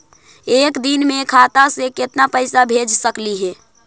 एक दिन में खाता से केतना पैसा भेज सकली हे?